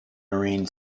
marine